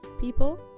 people